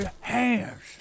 hands